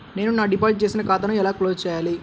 నేను నా డిపాజిట్ చేసిన ఖాతాను ఎలా క్లోజ్ చేయాలి?